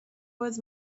was